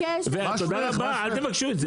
תודה רבה, אל תבקשו את זה.